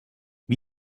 wie